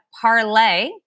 parlay